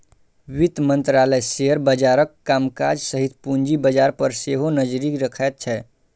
वित्त मंत्रालय शेयर बाजारक कामकाज सहित पूंजी बाजार पर सेहो नजरि रखैत छै